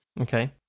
Okay